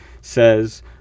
says